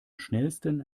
schnellsten